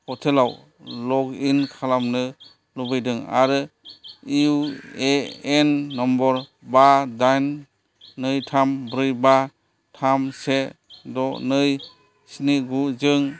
पर्टेलाव लग इन खालामनो लुबैदों आरो इउ ए एन नम्बर बा दाइन नै थाम ब्रै बा थाम से द' नै स्नि गु जों